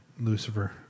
Lucifer